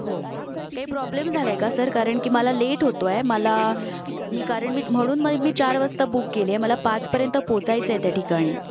हो काही प्रॉब्लेम झाला आहे का सर कारण की मला लेट होतो आहे मला मी कारण मी म्हणून मग मी चार वाजता बुक केली आहे मला पाचपर्यंत पोचायचं आहे त्या ठिकाणी